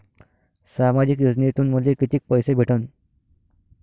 सामाजिक योजनेतून मले कितीक पैसे भेटन?